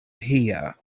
here